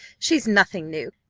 she's nothing new.